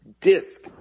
disc